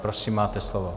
Prosím, máte slovo.